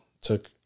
took